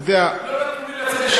אתה יודע, הם לא נתנו לי לצאת לשבתות.